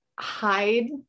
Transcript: hide